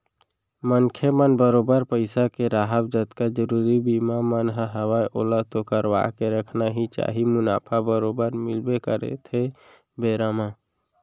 मनखे मन ल बरोबर पइसा के राहब जतका जरुरी बीमा मन ह हवय ओला तो करवाके रखना ही चाही मुनाफा बरोबर मिलबे करथे बेरा म